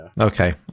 Okay